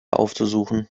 aufzusuchen